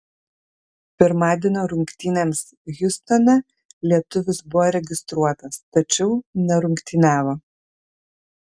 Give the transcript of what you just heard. pirmadienio rungtynėms hjustone lietuvis buvo registruotas tačiau nerungtyniavo